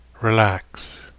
relax